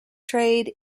trade